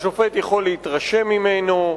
והשופט יכול להתרשם ממנו,